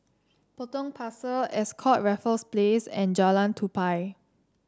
Potong Pasir Ascott Raffles Place and Jalan Tupai